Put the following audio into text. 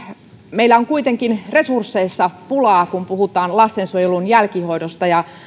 meillä on kuitenkin resursseista pulaa kun puhutaan lastensuojelun jälkihoidosta